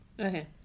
Okay